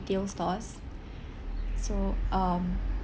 retail stores so um